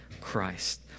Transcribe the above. Christ